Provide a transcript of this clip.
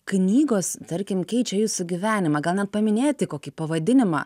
knygos tarkim keičia jūsų gyvenimą gal net paminėti kokį pavadinimą